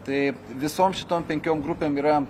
tai visom šitom penkiom grupėm yra